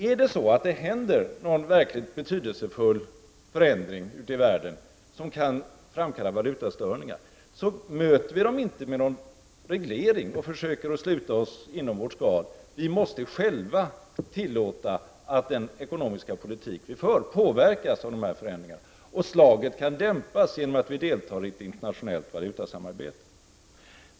Är det så att det ute i världen inträffar någon verkligt betydelsefull förändring som kan framkalla valutastörningar, kan vi inte möta den med en reglering och med att försöka sluta oss inom vårt skal — vi måste själva tillåta att den ekonomiska politiken påverkas av sådana förändringar. Slaget kan dämpas genom att vi deltar i ett internationellt valutasamarbete.